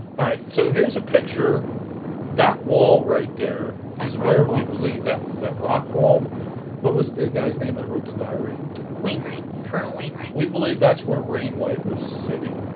all right so here's a picture that wall right there is where we believe that that rock wall what was the guy's name that wrote the diary wainwright colonel wainwright we believe that's where rain white was sitting